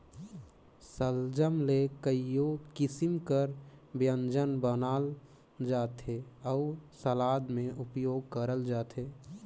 सलजम ले कइयो किसिम कर ब्यंजन बनाल जाथे अउ सलाद में उपियोग करल जाथे